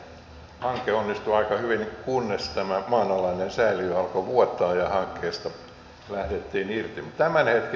hanke onnistui aika hyvin kunnes tämä maanalainen säiliö alkoi vuotaa ja hankkeesta lähdettiin irti